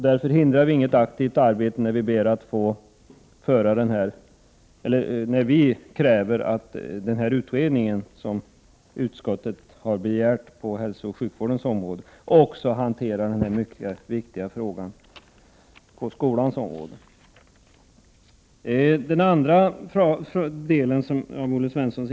Vi förhindrar alltså inget Vissa sekretessfrågor arbete när vi kräver att den utredning som utskottet har begärt på hälsooch = fi å Sj 5 SN R rörande skyddet för ensjukvårdsområdet också skall behandla den ytterst viktiga frågan om vi KA GR skilds personliga försekretess på skolans område. R å 5 .